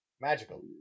Magical